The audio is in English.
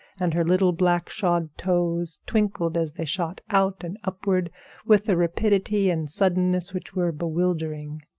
and her little black-shod toes twinkled as they shot out and upward with a rapidity and suddenness which were bewildering.